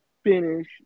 finish